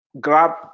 grab